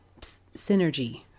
synergy